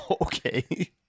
okay